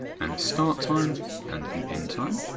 and start time and an end time.